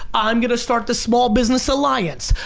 i'm gonna start the small business alliance.